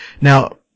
Now